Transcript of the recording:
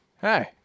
Hey